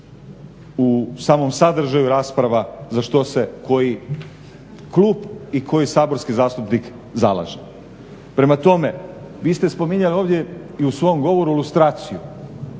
u samom sadržaju rasprava za što se koji klub i koji saborski zastupnik zalaže. Prema tome vi ste spominjali ovdje i u svom govoru ilustraciju